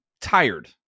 tired